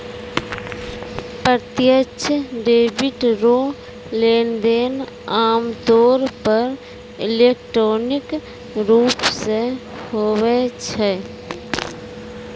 प्रत्यक्ष डेबिट रो लेनदेन आमतौर पर इलेक्ट्रॉनिक रूप से हुवै छै